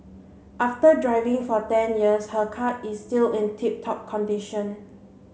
after driving for ten years her car is still in tip top condition